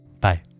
Bye